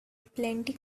plenty